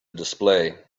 display